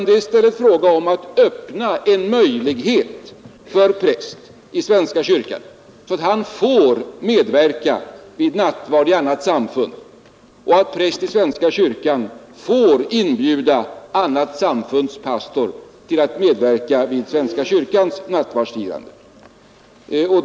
Det är i stället fråga om att öppna en möjlighet för präst i svenska kyrkan att medverka vid nattvard i annat samfund och inbjuda annat samfunds pastor att medverka vid svenska kyrkans nattvardsfirande.